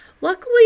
Luckily